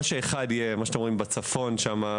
החלופות כרגע הן שאחד יהיה בצפון למעלה,